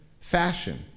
fashion